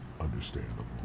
understandable